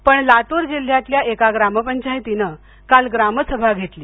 पण लातूर जिल्ह्याल्या एका ग्रामपंचायतीनं काल ग्रामसभा घेतली